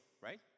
Right